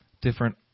different